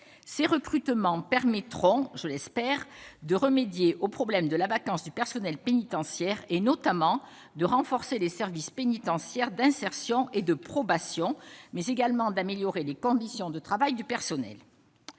ces recrutements permettront je l'espère, de remédier au problème de la vacance du personnel pénitentiaire et notamment de renforcer les services pénitentiaires d'insertion et de probation mais également d'améliorer les conditions de travail du personnel,